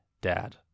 dad